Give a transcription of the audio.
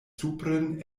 supren